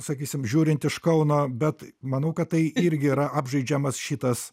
sakysim žiūrint iš kauno bet manau kad tai irgi yra apžaidžiamas šitas